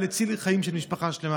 אבל הוא הציל חיים של משפחה שלמה.